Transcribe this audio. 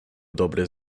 dobry